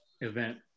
event